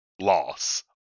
loss